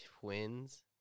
twins